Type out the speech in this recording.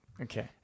Okay